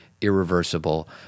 irreversible